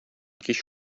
кич